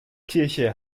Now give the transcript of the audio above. kirche